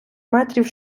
метрів